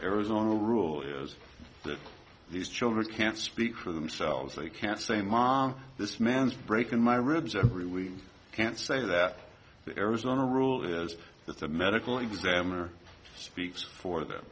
arizona rule is that these children can't speak for themselves they can't say mom this man's breaking my ribs every lead can say that the arizona rule is that the medical examiner speaks for them